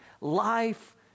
life